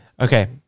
Okay